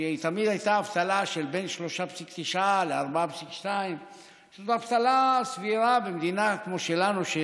שתמיד הייתה אבטלה של בין 3.9% ל-4.2% שזו אבטלה סבירה במדינה כמו שלנו,